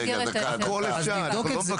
נבדוק את זה.